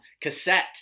cassette